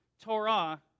Torah